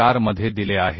4 मध्ये दिले आहे